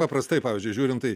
paprastai pavyzdžiui žiūrint tai